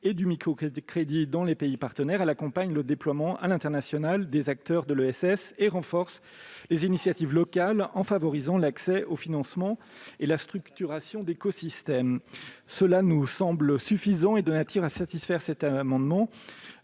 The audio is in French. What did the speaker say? et du microcrédit dans les pays partenaires. Elle accompagne le déploiement à l'international des acteurs de l'ESS et renforce les initiatives locales en favorisant l'accès aux financements et la structuration d'écosystèmes. » Cela nous semble suffisant et de nature à satisfaire cet amendement.